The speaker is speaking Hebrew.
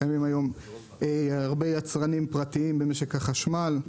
קמים היום הרבה יצרנים פרטיים במשק החשמל,